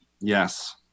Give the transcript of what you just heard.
Yes